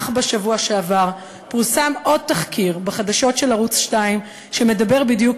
אך בשבוע שעבר פורסם בחדשות ערוץ 2 עוד תחקיר שמדבר בדיוק